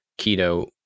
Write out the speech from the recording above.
keto